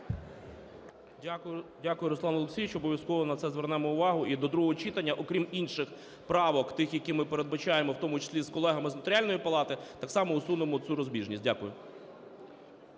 Дякую, Руслан Олексійович, обов'язково на це звернемо увагу. І до другого читання, окрім інших правок, тих, які ми передбачаємо в тому числі з колегами з Нотаріальної палати, так само усунемо цю розбіжність. Дякую.